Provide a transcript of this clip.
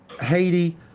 Haiti